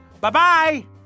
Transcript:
Bye-bye